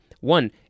One